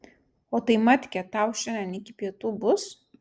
o tai matkė tau šiandien iki pietų bus